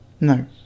No